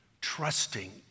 trusting